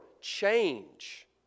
change